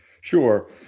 Sure